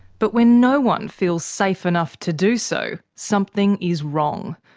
but when no one feels safe enough to do so, something is wrong.